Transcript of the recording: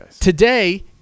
Today